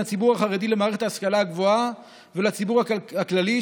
הציבור החרדי למערכת ההשכלה הגבוהה ולציבור הכללי.